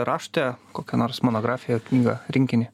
rašote kokią nors monografiją ar knygą rinkinį